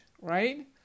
right